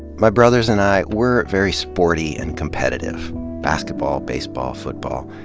my brothers and i were very sporty and competitive basketball, baseball, football.